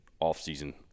off-season